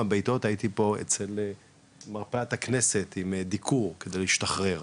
בעיטות ואז הייתי במרפאת הכנסת בדיקור כדי להשתחרר,